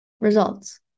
Results